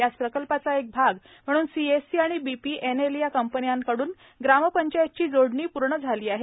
याच याच प्रकल्पांचा एक भाग म्हणून सीएससी आणि बीबीएनएल या कंपनीकडून ग्रामपंचायतची जोडणी पूर्ण झालेली आहे